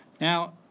Now